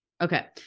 Okay